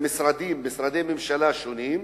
ממשרדי הממשלה השונים,